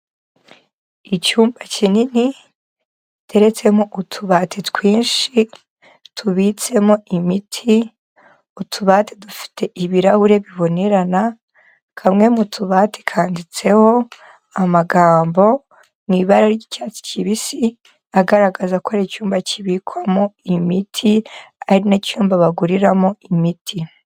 Icyumba kinini giteretsemo utubati twinshi tubitsemo imiti, utubati dufite ibirahure bibonerana, kamwe mu tubati kandiditseho amagambo mu ibara ry'icyatsi kibisi, agaragaza ko ari icyumba kibikwamo imiti ari nacyo cyumba baguriramo imiti.